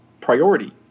priority